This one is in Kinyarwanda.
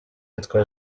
yitwa